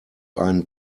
einen